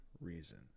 reason